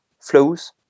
flows